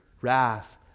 wrath